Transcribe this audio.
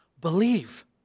believe